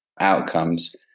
outcomes